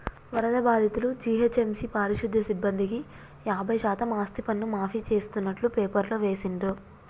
వరద బాధితులు, జీహెచ్ఎంసీ పారిశుధ్య సిబ్బందికి యాభై శాతం ఆస్తిపన్ను మాఫీ చేస్తున్నట్టు పేపర్లో వేసిండ్రు